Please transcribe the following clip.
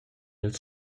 ils